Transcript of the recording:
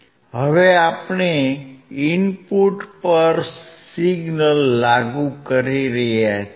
હવે આપણે ઇનપુટ પર સિગ્નલ લાગુ કરી રહ્યા છીએ